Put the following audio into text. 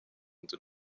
nzu